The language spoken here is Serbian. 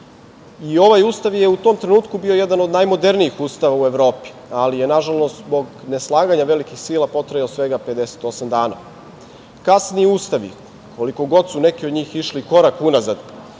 Miloša. Ovaj ustav je u tom trenutku je bio jedan od najmodernijih ustava u Evropi, ali je, nažalost, zbog neslaganja velikih sila potrajao svega 58 dana. Kasniji ustavi, koliko god su neki od njih išli korak u nazad,